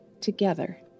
Together